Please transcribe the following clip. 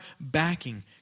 backing